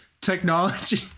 technology